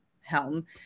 helm